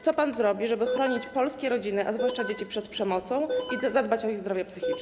Co pan zrobi, żeby chronić polskie rodziny, a zwłaszcza dzieci, przed przemocą i zadbać o ich zdrowie psychiczne?